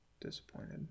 disappointed